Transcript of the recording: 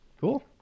cool